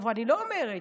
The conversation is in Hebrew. אני לא אומרת,